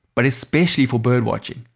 but especially for bird watching,